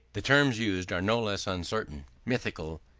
the terms used are no less uncertain, mythical,